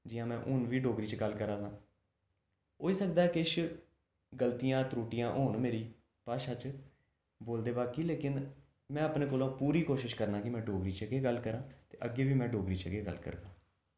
जि'यां में हून बी डोगरी च गल्ल करा ना होई सकदा किश गलतियां त्रुटियां होन मेरी भाशा च बोलदे बाकी लेकिन में अपने कोलूं पूरी कोशिश करना कि में डोगरी च गै गल्ल करां अग्गें बी में डोगरी च गै गल्ल करगा